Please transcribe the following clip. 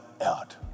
out